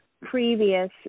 previous